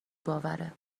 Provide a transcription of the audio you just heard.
باوره